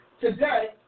today